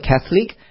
Catholic